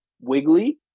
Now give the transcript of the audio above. wiggly